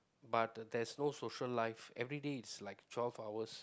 but there's no social life every day it's like twelve hours